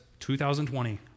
2020